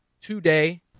today